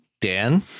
Dan